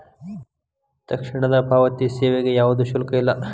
ತಕ್ಷಣದ ಪಾವತಿ ಸೇವೆಗೆ ಯಾವ್ದು ಶುಲ್ಕ ಇಲ್ಲ